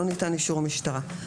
לא ניתן אישור משטרה,